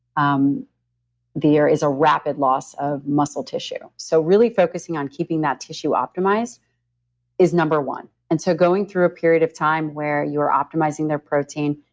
um there is a rapid loss of muscle tissue so, really focusing on keeping that tissue optimized is number one. and so, going through a period of time where you're optimizing their protein,